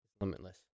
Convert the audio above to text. Limitless